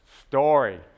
story